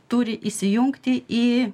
turi įsijungti į